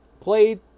played